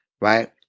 right